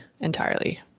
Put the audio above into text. entirely